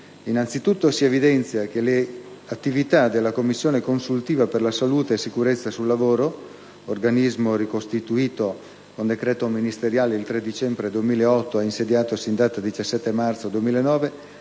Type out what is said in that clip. Innanzi tutto, si evidenzia che le attività della Commissione consultiva per la salute e sicurezza sul lavoro, organismo ricostituito con decreto ministeriale del 3 dicembre 2008, e insediatosi in data 17 marzo 2009,